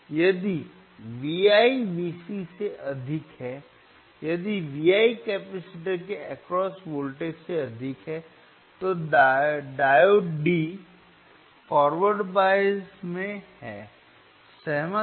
यदि Vi Vc से अधिक है यदि Vi केपेसीटर के अक्रॉस वोल्टेज से अधिक है तो डायोड डी फॉरवर्ड बायस में है सहमत है